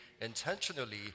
intentionally